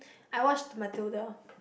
I watched Matilda